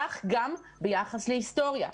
כך גם ביחס להיסטוריה,